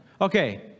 Okay